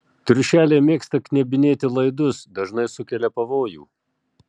triušeliai mėgsta knebinėti laidus dažnai sukelia pavojų